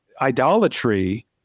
idolatry